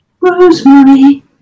Rosemary